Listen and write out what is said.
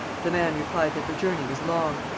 the man replied that the journey was long.